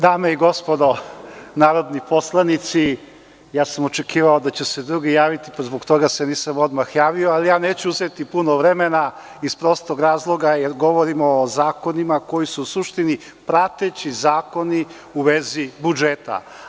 Dame i gospodo narodni poslanici, očekivao sam da će se drugi javiti i zbog toga se nisam odmah javio, ali neću uzeti puno vremena iz prostog razloga jer govorimo o zakonima koji su prateći zakoni u vezi budžeta.